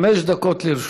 חמש דקות לרשותך.